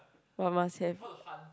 but must have